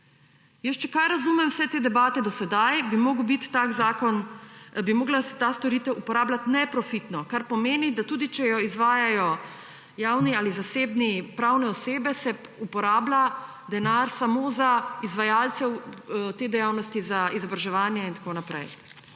jaz kaj razumem vse te debate do sedaj, bi se morala ta storitev uporabljati neprofitno, kar pomeni, da tudi če jo izvajajo javne ali zasebne pravne osebe, se uporablja denar izvajalcev te dejavnosti, za izobraževanje in tako naprej.